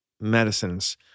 medicines